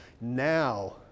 Now